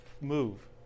move